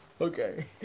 Okay